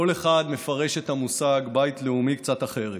כל אחד מפרש את המושג בית לאומי קצת אחרת.